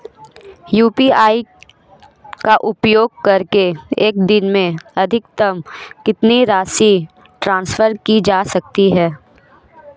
UPI का उपयोग करके एक दिन में अधिकतम कितनी राशि ट्रांसफर की जा सकती है?